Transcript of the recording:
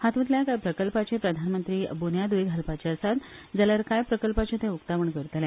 हातुतल्या कांय प्रकल्पाची प्रधानमंत्री बुन्यादूय घालपाचे आसात जाल्यार काय प्रकल्पाचे ते उक्तावण करतले